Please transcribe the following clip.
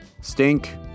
stink